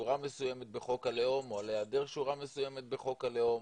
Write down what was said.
שורה מסוימת בחוק הלאום או על היעדר שורה מסוימת בחוק הלאום,